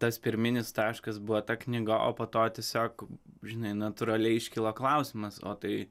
tas pirminis taškas buvo ta knyga o po to tiesiog žinai natūraliai iškyla klausimas o tai